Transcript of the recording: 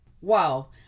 Wow